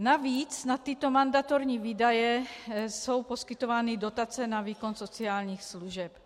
Navíc na tyto mandatorní výdaje jsou poskytovány dotace na výkon sociálních služeb.